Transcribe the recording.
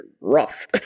rough